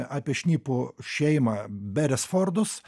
apie šnipų šeimą beresfordus